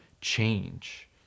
change